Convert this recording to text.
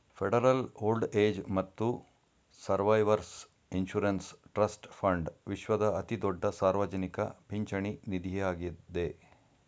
federal old age ಮತ್ತು survivors insurance trust fund ವಿಶ್ವದ ಅತಿದೊಡ್ಡ ಸಾರ್ವಜನಿಕ ಪಿಂಚಣಿ ನಿಧಿಯಾಗಿದ್ದೆ